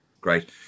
great